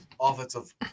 offensive